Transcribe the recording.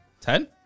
Ten